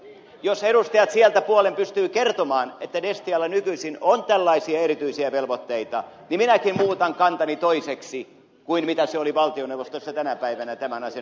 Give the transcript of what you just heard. jos edustajat sieltä puolen pystyvät kertomaan että destialla nykyisin on tällaisia erityisiä velvoitteita niin minäkin muutan kantani toiseksi kuin mitä se oli valtioneuvostossa tänä päivänä tämän asian yh teydessä